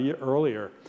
earlier